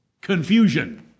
Confusion